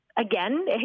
Again